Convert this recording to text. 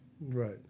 Right